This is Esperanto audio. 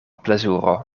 plezuro